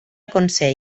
consell